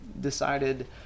decided